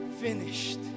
finished